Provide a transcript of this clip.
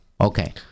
Okay